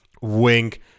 Wink